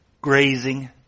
grazing